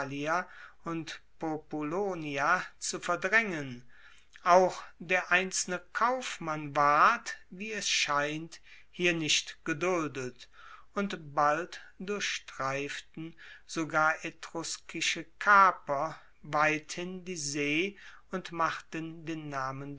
und populonia zu verdraengen auch der einzelne kaufmann ward wie es scheint hier nicht geduldet und bald durchstreiften sogar etruskische kaper weithin die see und machten den namen